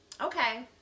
Okay